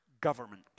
government